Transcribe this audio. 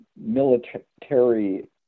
military